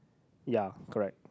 ya correct